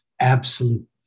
Absolute